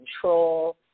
control